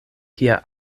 kia